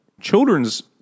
children's